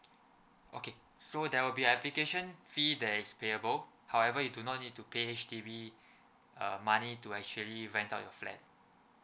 okay so there will be application fee that is payable however you do not need to pay H_D_B uh money to actually rent out your flat